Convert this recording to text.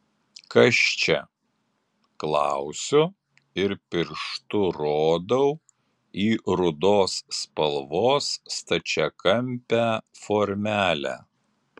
kas čia klausiu ir pirštu rodau į rudos spalvos stačiakampę formelę